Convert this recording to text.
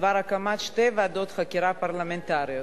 בדבר הקמת שתי ועדות חקירה פרלמנטריות.